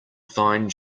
fine